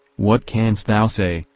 what canst thou say,